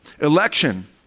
election